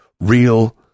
real